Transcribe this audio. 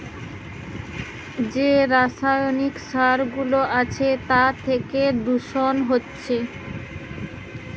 যে রাসায়নিক সার গুলা আছে তার থিকে দূষণ হচ্ছে